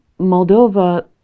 Moldova